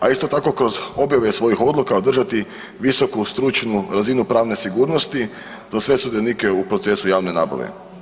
A isto tako kroz objave svojih odluka održati visoku stručnu razinu pravne sigurnosti za sve sudionike u procesu javne nabave.